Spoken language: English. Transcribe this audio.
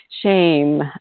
shame